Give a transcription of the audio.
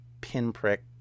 pinprick